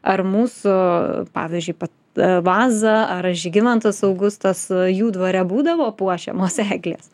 ar mūsų pavyzdžiui vat vaza ar žygimantas augustas jų dvare būdavo puošiamos eglės